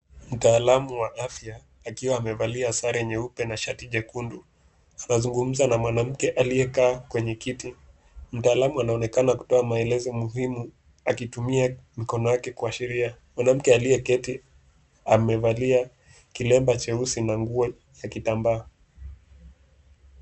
Mtaalam wa afya, akiwa amevalia sare nyeupe na shati jekundu, anazungumza na mwanamke aliyekaa kwenye kiti. Mtaalam anaonekana kutoa maelezo muhimu akitumia mikono yake kuashiria. Mwanamke aliyeketi amevalia kilemba cheusi na nguo ya kitambaa.